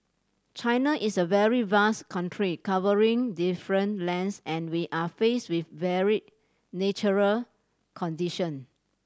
China is a very vast country covering different lands and we are faced with varied natural condition